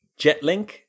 Jetlink